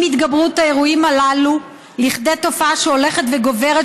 עם התגברות האירועים הללו לכדי תופעה שהולכת וגוברת,